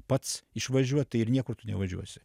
pats išvažiuot tai ir niekur tu nevažiuosi